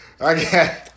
Okay